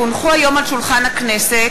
כי הונחו היום על שולחן הכנסת,